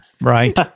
right